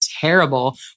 terrible